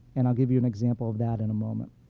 and i'll give you an example of that in a moment.